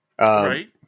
Right